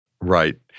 Right